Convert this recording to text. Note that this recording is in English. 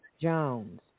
Jones